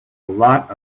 lot